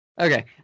Okay